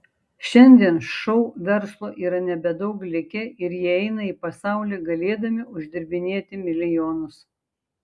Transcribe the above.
šiandien šou verslo yra nebedaug likę ir jie eina į pasaulį galėdami uždirbinėti milijonus